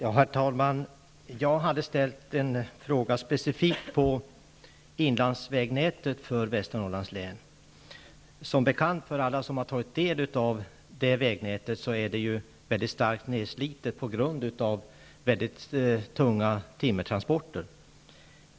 Herr talman! Jag hade ställt en specifik fråga om inlandsvägnätet i Västernorrlands län. Som bekant är vägnätet starkt nedslitet, på grund av mycket tunga timmertransporter.